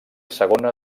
segona